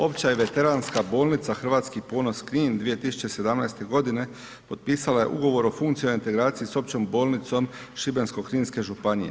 Opća i veteranska bolnica Hrvatski ponos Knin 2017. g. potpisala je Ugovor o funkcionalnoj integraciji s Općom bolnicom Šibensko-kninske županije.